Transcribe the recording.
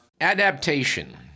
adaptation